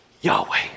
Yahweh